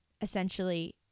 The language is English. essentially –